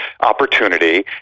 opportunity